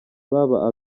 baba